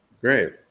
Great